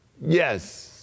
yes